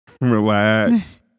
Relax